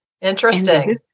Interesting